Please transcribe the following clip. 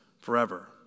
forever